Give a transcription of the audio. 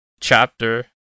chapter